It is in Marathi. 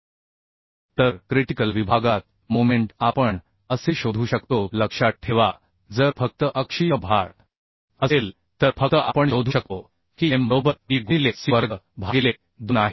1 न्यूटन मिलिमीटर तर क्रिटिकल विभागात मोमेंट आपण असे शोधू शकतो लक्षात ठेवा जर फक्त अक्षीय भार असेल तर फक्त आपण शोधू शकतो की m बरोबर W गुणिले c वर्ग भागिले 2 आहे